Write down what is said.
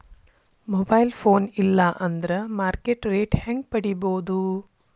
Mobile phone ಇಲ್ಲಾ ಅಂದ್ರ market rate ಹೆಂಗ್ ಪಡಿಬೋದು?